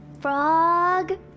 Frog